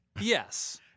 Yes